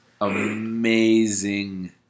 Amazing